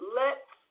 lets